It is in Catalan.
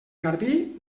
garbí